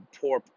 poor